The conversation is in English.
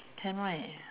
can right